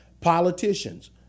politicians